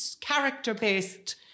character-based